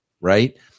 Right